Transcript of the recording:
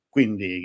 Quindi